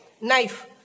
knife